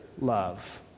love